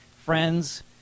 friends